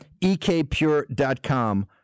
ekpure.com